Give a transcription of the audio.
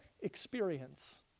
experience